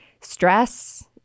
stress